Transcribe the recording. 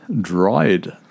dried